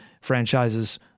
franchise's